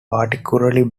particularly